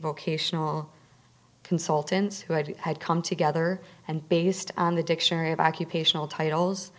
vocational consultants who had had come together and based on the dictionary of occupational titles